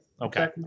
Okay